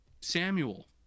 Samuel